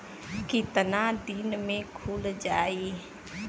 कितना दिन में खुल जाई?